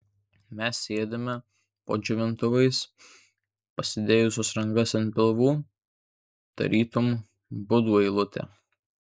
mes sėdime po džiovintuvais pasidėjusios rankas ant pilvų tarytum budų eilutė